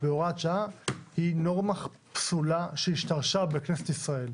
בהוראת שעה היא נורמה פסולה שהשתרשה בכנסת ישראל.